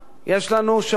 יש לנו שבוע,